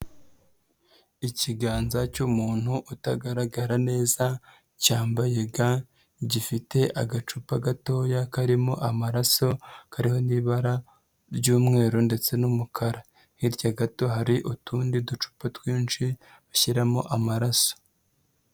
Ikiganza cy'umuntu utagaragara neza, cyambaye ga, gifite agacupa gatoya karimo amaraso kariho n'ibara ry'umweru ndetse n'umukara. Hirya gato hari utundi ducupa twinshi bashyiramo amaraso.